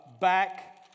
back